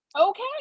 okay